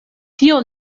tio